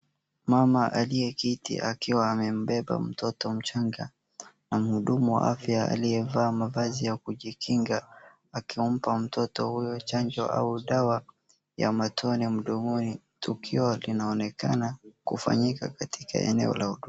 Mama aliyeketi akiwa amembeba mtoto mchanga na mhudumu wa afya aliyevaa mavazi ya kujikinga, akimpa mtoto huyu chanjo au dawa ya matone mdomoni. Tukio linaonekana kufanyika katika eneo la huduma.